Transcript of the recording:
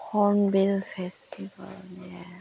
Hornbill ꯐꯦꯁꯇꯤꯚꯦꯜꯅꯦ